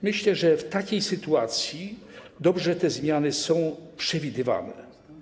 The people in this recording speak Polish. Myślę, że w takiej sytuacji dobrze, że te zmiany są przewidywane.